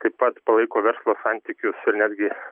taip pat palaiko verslo santykius ir netgi